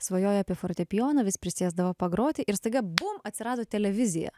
svajoja apie fortepijoną vis prisėsdavo pagroti ir staiga bum atsirado televizija